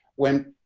when,